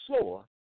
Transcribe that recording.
slower